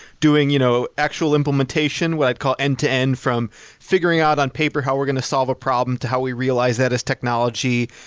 doing you know actual implementation, what i call end-to-end from figuring out on paper how we're going to solve a problem to how we realize that as technology.